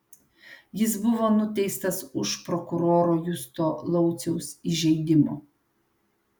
jis buvo nuteistas už prokuroro justo lauciaus įžeidimo